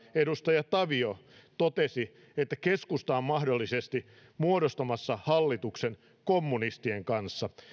edustaja tavio totesi että keskusta on mahdollisesti muodostamassa hallituksen kommunistien kanssa